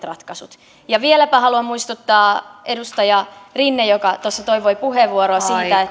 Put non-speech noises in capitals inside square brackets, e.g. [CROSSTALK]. [UNINTELLIGIBLE] ratkaisut vielä haluan muistuttaa edustaja rinne joka tuossa toivoi puheenvuoroa siitä